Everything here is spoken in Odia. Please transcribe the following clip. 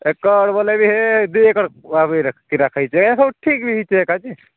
ଏକର୍ ବୋଲେ ବି ହେ ଦୁଇ ଏକର୍ କର୍ବି ରଖିଛି କିରା ଖାଇ ହୋ ଠିକ୍ ବି ହେଇଛେ ଏକାଯେ